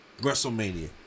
wrestlemania